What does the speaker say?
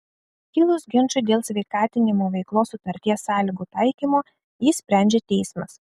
kilus ginčui dėl sveikatinimo veiklos sutarties sąlygų taikymo jį sprendžia teismas